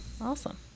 awesome